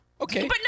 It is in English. Okay